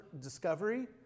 discovery